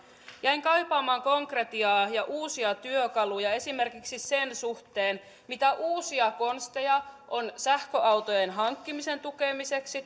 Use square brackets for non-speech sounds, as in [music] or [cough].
jäin kaipaamaan konkretiaa ja uusia työkaluja esimerkiksi sen suhteen mitä uusia konsteja on sähköautojen hankkimisen tukemiseksi [unintelligible]